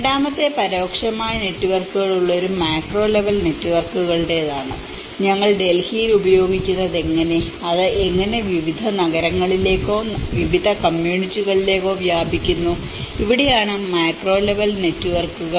രണ്ടാമത്തേത് പരോക്ഷമായ നെറ്റ്വർക്കുകളുള്ള ഒരു മാക്രോ ലെവൽ നെറ്റ്വർക്കുകളുടേതാണ് ഞങ്ങൾ ഡൽഹിയിൽ ഉപയോഗിക്കുന്നത് എങ്ങനെ അത് എങ്ങനെ വിവിധ നഗരങ്ങളിലേക്കോ വിവിധ കമ്മ്യൂണിറ്റികളിലേക്കോ വ്യാപിക്കുന്നു ഇവിടെയാണ് മാക്രോ ലെവൽ നെറ്റ്വർക്കുകൾ